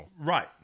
right